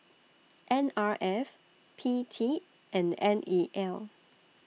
N R F P T and N E L